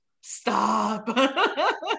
stop